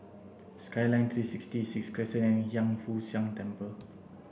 skyline three sixty sixth Crescent and Hiang Foo Siang Temple